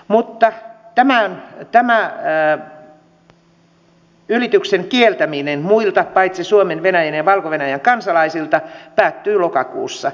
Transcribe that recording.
mutta tämä ylityksen kieltäminen muilta paitsi suomen venäjän ja valko venäjän kansalaisilta päättyy lokakuussa